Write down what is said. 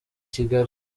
kigali